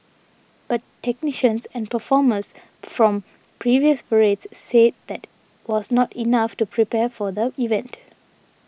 but technicians and performers from previous parades said that was not enough to prepare for the event